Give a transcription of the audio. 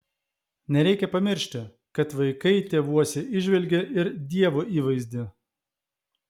nereikia pamiršti kad vaikai tėvuose įžvelgia ir dievo įvaizdį